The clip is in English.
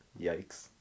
Yikes